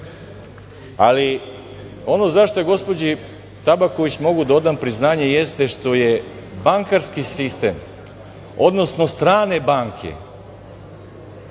ali ono za šta gospođi Tabaković mogu da odam priznanje što je bankarski sistem odnosno strane banke